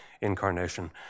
incarnation